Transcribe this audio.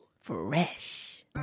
Fresh